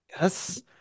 Yes